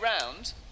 round